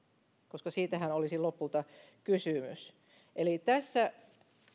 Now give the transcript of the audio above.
koska siitähän olisi lopulta kysymys eli tässä